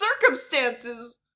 circumstances